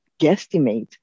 guesstimate